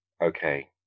okay